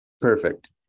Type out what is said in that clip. Perfect